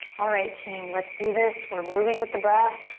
alright, team, let's do this, we're moving with the breath.